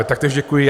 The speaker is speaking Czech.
Taktéž děkuji.